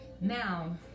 now